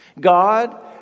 God